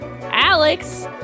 Alex